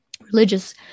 religious